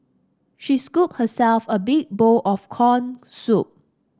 she scooped herself a big bowl of corn soup